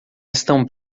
estão